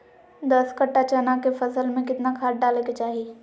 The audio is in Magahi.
दस कट्ठा चना के फसल में कितना खाद डालें के चाहि?